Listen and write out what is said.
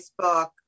Facebook